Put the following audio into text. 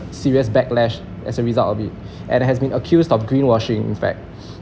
serious backlash as a result of it and has been accused of green washing in fact